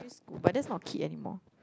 but that's not a kid anymore